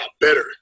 better